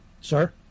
Sir